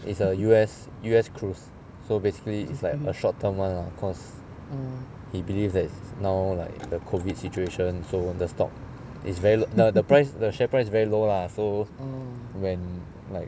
it's a U_S U_S cruise so basically it's like a short term [one] lah because he believes that now like the COVID situation so the stock is the price the share price is very low lah so when like